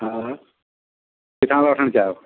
हा हा किथां था वठण चाहियो